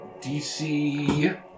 DC